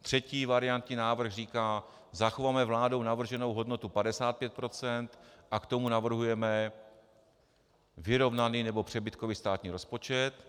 Třetí variantní návrh říká: zachovejme vládou navrženou hodnotu 55 % a k tomu navrhujeme vyrovnaný nebo přebytkový státní rozpočet.